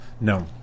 No